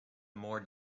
more